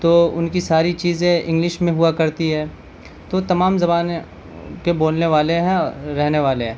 تو ان کی ساری چیزیں انگلش میں ہوا کرتی ہے تو تمام زبانیں کے بولنے والے ہیں رہنے والے ہیں